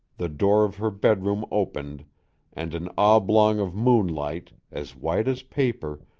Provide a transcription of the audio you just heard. the door of her bedroom opened and an oblong of moonlight, as white as paper,